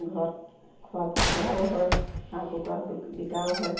ঘৰত খোৱা খোৱাও হয় হাঁহ কুকুৰা ব বিকাও হয়